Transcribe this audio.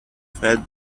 fed